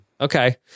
okay